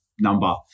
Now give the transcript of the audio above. number